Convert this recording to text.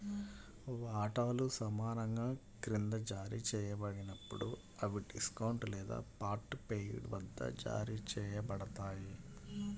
వాటాలు సమానంగా క్రింద జారీ చేయబడినప్పుడు, అవి డిస్కౌంట్ లేదా పార్ట్ పెయిడ్ వద్ద జారీ చేయబడతాయి